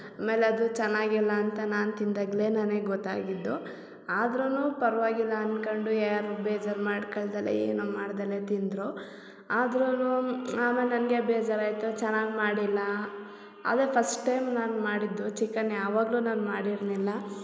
ಆಮೇಲೆ ಅದು ಚೆನ್ನಾಗಿಲ್ಲ ಅಂತ ನಾನು ತಿಂದಾಗಲೇ ನನಗೆ ಗೊತ್ತಾಗಿದ್ದು ಆದ್ರೂ ಪರವಾಗಿಲ್ಲ ಅನ್ಕೊಂಡು ಯಾರೂ ಬೇಜಾರು ಮಾಡ್ಕೊಳ್ದಲೇ ಏನೂ ಮಾಡದಲೇ ತಿಂದರು ಆದ್ರೂ ಆಮೇಲೆ ನನಗೆ ಬೇಜಾರು ಆಯಿತು ಚೆನ್ನಾಗಿ ಮಾಡಿಲ್ಲ ಅದೇ ಫಸ್ಟ್ ಟೈಮ್ ನಾನು ಮಾಡಿದ್ದು ಚಿಕನ್ ಯಾವಾಗಲೂ ನಾನು ಮಾಡಿರಲಿಲ್ಲ